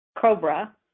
COBRA